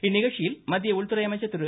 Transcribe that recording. இந்நிகழ்ச்சியில் மத்திய உள்துறை அமைச்சர் திரு